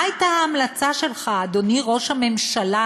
מה הייתה ההמלצה שלך, אדוני ראש הממשלה,